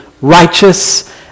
righteous